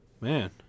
man